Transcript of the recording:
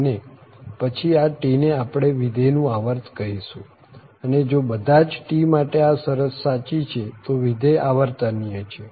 અને પછી આ T ને આપણે વિધેય નું આવર્ત કહીશું અને જો બધા જ t માટે આ શરત સાચી છે તો વિધેય આવર્તનીય છે